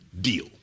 deal